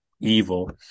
Evil